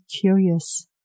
curious